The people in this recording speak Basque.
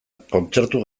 kontzertu